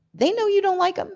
they know you don't like them,